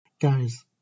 Guys